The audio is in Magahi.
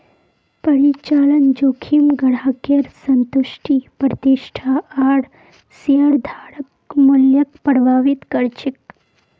परिचालन जोखिम ग्राहकेर संतुष्टि प्रतिष्ठा आर शेयरधारक मूल्यक प्रभावित कर छेक